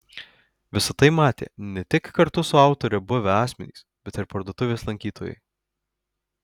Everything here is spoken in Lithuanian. visa tai matė ne tik kartu su autore buvę asmenys bet ir parduotuvės lankytojai